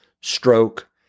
stroke